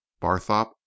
Barthorpe